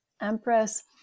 empress